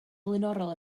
flaenorol